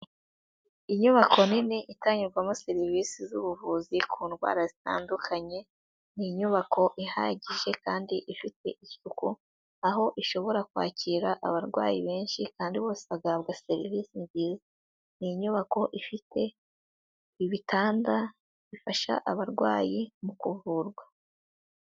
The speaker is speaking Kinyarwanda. Inyubako nini itangirwamo serivisi z'ubuvuzi ku ndwara zitandukanye, ni inyubako ihagije kandi ifite isuku, aho ishobora kwakira abarwayi benshi kandi bose bagahabwa serivisi nziza. Ni inyubako ifite ibitanda bifasha abarwayi mu kuvurwa.